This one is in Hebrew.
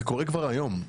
זה קורה כבר היום.